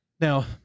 now